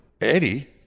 Eddie